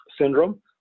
syndrome